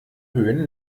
höhen